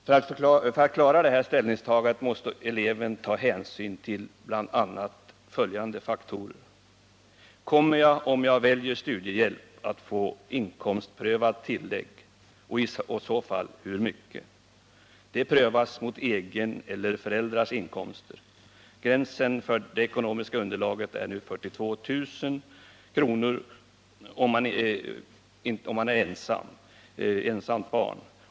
För att klara det här ställningstagandet måste eleven ta hänsyn till bl.a. följande faktorer: Kommer jag, om jag väljer studiehjälp, att få inkomstprövat tillägg, och i så fall hur mycket? Det prövas mot egna eller föräldrarnas inkomster. Gränsen för det ekonomiska underlaget är nu 42 000 kr., om eleven är ensamt barn.